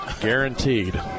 Guaranteed